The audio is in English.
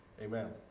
amen